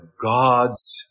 God's